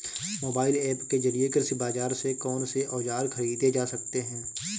Mobile app के जरिए कृषि बाजार से कौन से औजार ख़रीदे जा सकते हैं?